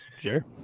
Sure